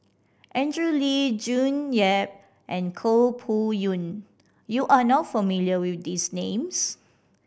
Andrew Lee June Yap and Koh Poh Koon you are not familiar with these names